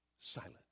silent